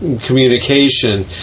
Communication